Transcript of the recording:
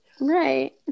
right